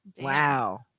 Wow